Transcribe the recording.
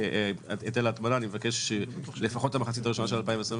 היטל ההטמנה של המחצית הראשונה של 2021,